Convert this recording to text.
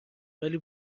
ولی